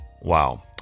Wow